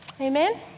Amen